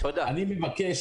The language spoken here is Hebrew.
אני מבקש,